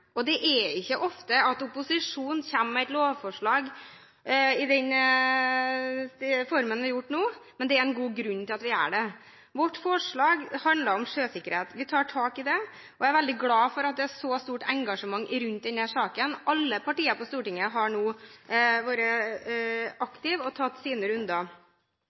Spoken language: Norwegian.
hjem. Det er ikke ofte at opposisjonen kommer med et lovforslag i den formen vi har gjort nå, men det er en god grunn til at vi gjør det. Vårt forslag handler om sjøsikkerhet. Vi tar tak i det, og jeg er veldig glad for at det er et så stort engasjement i denne saken. Alle partier på Stortinget har vært aktive og tatt sine runder.